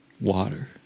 water